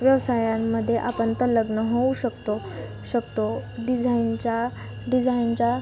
व्यवसायांमध्ये आपण तल्लग्न होऊ शकतो शकतो डिझाईनच्या डिझाईनच्या